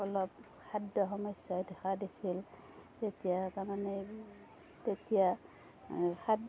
অলপ খাদ্য সমস্যাই দেখা দিছিল তেতিয়া তাৰমানে তেতিয়া